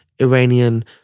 Iranian